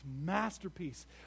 masterpiece